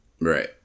Right